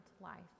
life